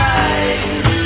eyes